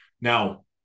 Now